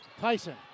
Tyson